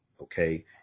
Okay